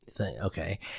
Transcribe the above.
okay